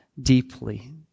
deeply